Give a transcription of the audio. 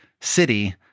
city